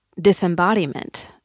disembodiment